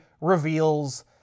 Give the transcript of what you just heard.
reveals